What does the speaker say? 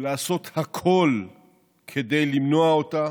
ולעשות הכול כדי למנוע אותה